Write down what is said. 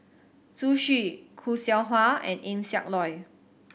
Zhu Xu Khoo Seow Hwa and Eng Siak Loy